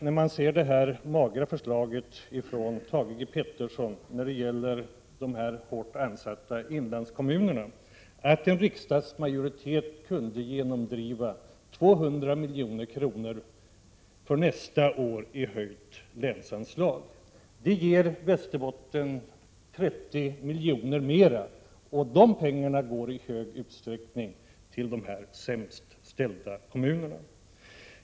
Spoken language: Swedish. När man ser det magra förslaget från Thage G Peterson när det gäller de hårt ansatta inlandskommunerna, inser man att det var tur att en riksdagsmajoritet kunde genomdriva 200 milj.kr. för nästa år i höjt länsanslag. Det ger Västerbotten 30 milj.kr. mera. De pengarna går i stor utsträckning till de sämst ställda kommunerna.